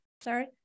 Sorry